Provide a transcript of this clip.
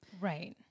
Right